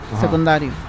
secundario